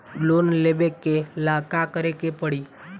Loan लेबे ला का करे के पड़े ला?